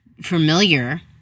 familiar